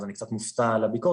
אז אני קצת מופתע על הביקורת.